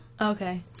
Okay